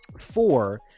four